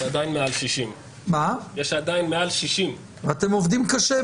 יש עדיין מעל 60. אתם עובדים קשה,